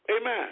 amen